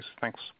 Thanks